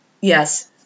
Yes